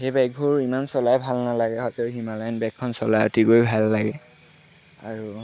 সেই বাইকবোৰ ইমান চলাই ভাল নালাগে তাতকৈ হিমালয়ান বাইকখন চলাই অতিকৈ ভাল লাগে আৰু